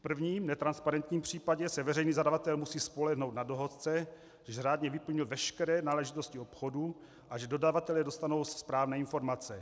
V prvním, netransparentním případě, se veřejný zadavatel musí spolehnout na dohodce, že řádně vyplnil veškeré náležitosti obchodu a že dodavatelé dostanou správné informace.